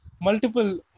multiple